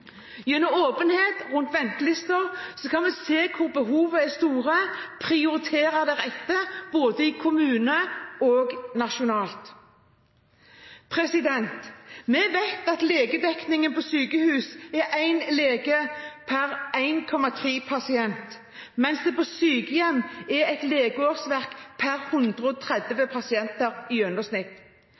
Gjennom åpenhet rundt ventelister kan vi se hvor behovene er store og prioritere deretter både i kommunene og nasjonalt. Vi vet at legedekningen på sykehus er én lege per 1,3 pasienter, mens det på sykehjem er et legeårsverk per 130 pasienter i gjennomsnitt.